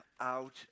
out